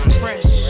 fresh